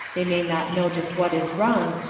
they may not know just what is wrong,